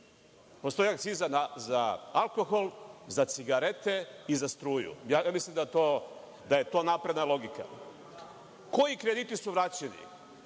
Postoji akciza za alkohol, za cigarete i za struju. Ne mislim da je to napredna logika. Koji krediti su vraćeni?